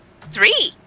three